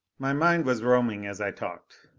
my mind was roaming as i talked.